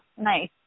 Nice